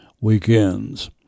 weekends